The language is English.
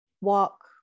walk